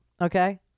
okay